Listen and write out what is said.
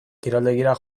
kiroldegira